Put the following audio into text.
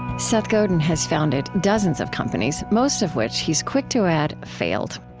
seth godin has founded dozens of companies most of which, he is quick to add, failed.